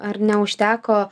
ar neužteko